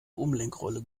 umlenkrolle